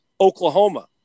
Oklahoma